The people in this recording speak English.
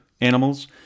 animals